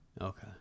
Okay